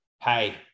hey